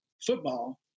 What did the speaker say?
football